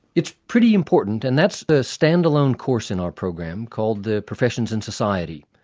it's pretty important, and that's the stand-alone course in our program called the professions in society.